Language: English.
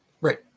Right